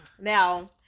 now